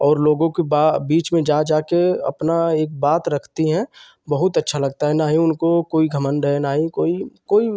और लोगों के बा बीच में जा जा कर अपना एक बात रखती हैं बहुत अच्छा लगता है न ही उनको कोई घमंड है न ही कोई कोई